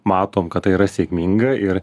matom kad tai yra sėkminga ir